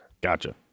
Gotcha